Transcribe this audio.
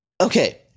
Okay